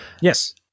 Yes